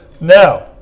Now